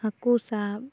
ᱦᱟᱹᱠᱩ ᱥᱟᱵ